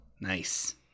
Nice